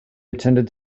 attended